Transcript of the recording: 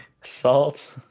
Salt